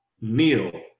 kneel